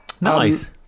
Nice